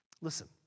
Listen